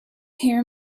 hear